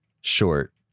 short